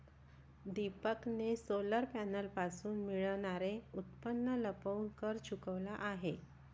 दीपकने सोलर पॅनलपासून मिळणारे उत्पन्न लपवून कर चुकवला आहे